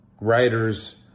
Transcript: writers